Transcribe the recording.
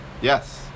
Yes